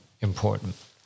important